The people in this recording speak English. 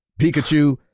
Pikachu